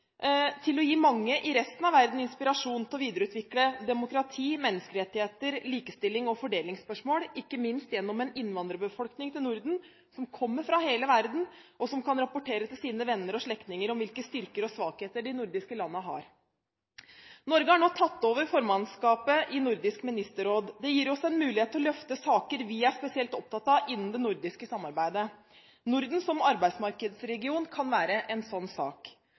til å gi mange i resten av verden inspirasjon til å videreutvikle demokrati, menneskerettigheter, likestilling og fordelingsspørsmål, ikke minst gjennom en innvandrerbefolkning til Norden som kommer fra hele verden, og som kan rapportere til sine venner og slektninger om hvilke styrker og svakheter de nordiske landene har. Norge har nå tatt over formannskapet i Nordisk Ministerråd. Det gir oss en mulighet til å løfte saker vi er spesielt opptatte av innen det nordiske samarbeidet. Norden som arbeidsmarkedsregion kan være en slik sak.